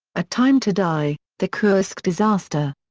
a time to die the kursk disaster.